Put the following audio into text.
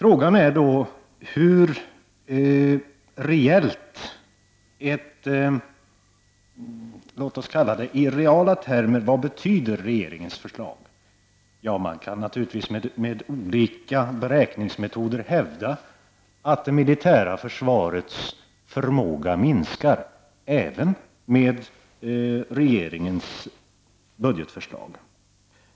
Vad betyder regeringens förslag i reala termer? Ja, man kan naturligtvis med olika beräkningsmetoder hävda att det militära försvarets förmåga minskar även med regeringens budgetförslag.